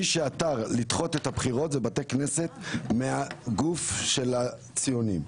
מי שעתר לדחות את הבחירות זה בתי כנסת מהגוף של הציונים.